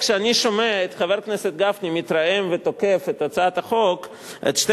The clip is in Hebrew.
כשאני שומע את חבר הכנסת גפני מתרעם ותוקף את שתי הצעות החוק האלה,